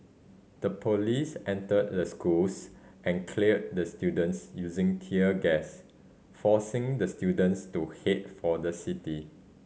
the police entered the schools and cleared the students using tear gas forcing the students to head for the city